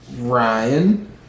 ryan